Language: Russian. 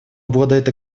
обладает